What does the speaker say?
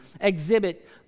exhibit